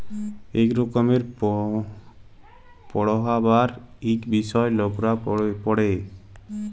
ইক রকমের পড়্হাবার ইক বিষয় লকরা পড়হে